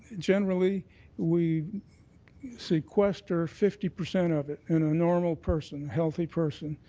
generally we sequester fifty percent of it in a normal person, healthy person,